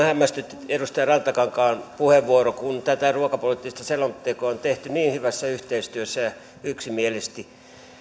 hämmästytti edustaja rantakankaan puheenvuoro kun tätä ruokapoliittista selontekoa on tehty niin hyvässä yhteistyössä